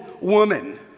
woman